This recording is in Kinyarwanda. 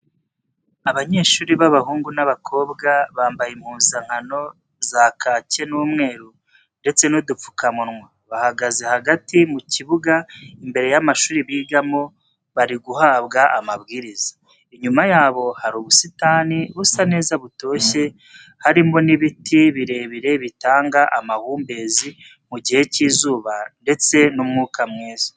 Abanyeshuri b'abahungu n'abakobwa bambaye impuzankano za kaki n'umweru ndetse n'udupfukamunwa, bahagaze hagati mu kibuga imbere y'amashuri bigamo bari guhabwa amabwiriza. Inyuma yabo hari ubusitani busa neza butoshye, harimo n'ibiti birebire bitanga amahumbezi mu gihe cy'izuba ndetse n'umwuka mwiza.